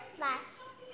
last